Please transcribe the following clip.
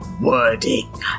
wording